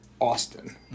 Austin